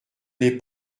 n’ai